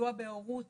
סיוע בהורות